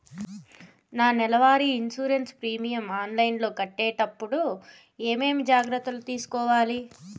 నా నెల వారి ఇన్సూరెన్సు ప్రీమియం ఆన్లైన్లో కట్టేటప్పుడు ఏమేమి జాగ్రత్త లు తీసుకోవాలి?